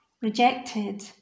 rejected